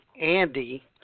Andy